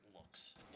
looks